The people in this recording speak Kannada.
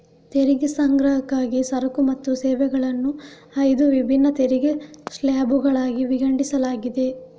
ತೆರಿಗೆ ಸಂಗ್ರಹಕ್ಕಾಗಿ ಸರಕು ಮತ್ತು ಸೇವೆಗಳನ್ನು ಐದು ವಿಭಿನ್ನ ತೆರಿಗೆ ಸ್ಲ್ಯಾಬುಗಳಾಗಿ ವಿಂಗಡಿಸಲಾಗಿದೆ